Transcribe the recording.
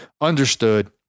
understood